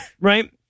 right